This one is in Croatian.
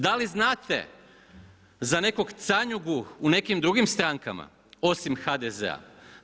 Da li znate za nekog Canjugu u nekim drugim strankama, osim HDZ-a.